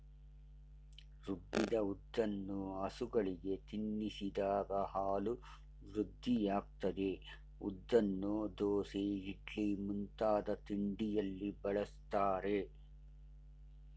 ರುಬ್ಬಿದ ಉದ್ದನ್ನು ಹಸುಗಳಿಗೆ ತಿನ್ನಿಸಿದಾಗ ಹಾಲು ವೃದ್ಧಿಯಾಗ್ತದೆ ಉದ್ದನ್ನು ದೋಸೆ ಇಡ್ಲಿ ಮುಂತಾದ ತಿಂಡಿಯಲ್ಲಿ ಬಳಸ್ತಾರೆ